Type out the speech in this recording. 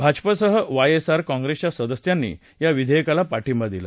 भाजपासह YSR काँग्रेच्या सदस्यांनी या विधेयकाला पाठिंबा दिला